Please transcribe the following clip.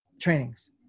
trainings